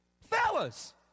Fellas